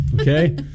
okay